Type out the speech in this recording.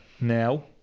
now